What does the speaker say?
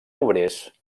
obrers